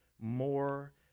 more